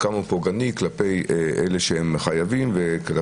כמה הוא פוגעני כלפי אלה שהם חייבים וכלפי